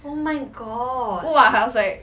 !wah! I was like